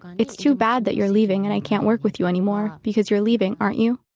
it's too bad that you're leaving and i can't work with you anymore, because you're leaving, aren't you?